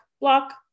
Block